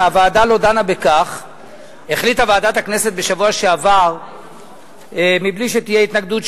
למעלה משנה לאחר שוועדת הפנים סיימה את ההכנה לקריאה שנייה ושלישית,